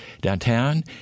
downtown